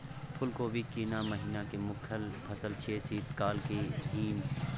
फुल कोबी केना महिना के मुखय फसल छियै शीत काल के ही न?